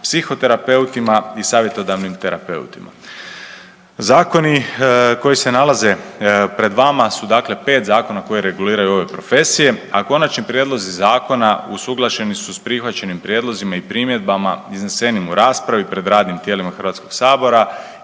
psihoterapeutima i savjetodavnim terapeutima. Zakoni koji se nalaze pred vama su dakle pet zakona koji reguliraju ove profesije, a konačni prijedlozi zakona usuglašeni su sa prihvaćenim prijedlozima i primjedbama iznesenim u raspravi pred radnim tijelima Hrvatskog sabora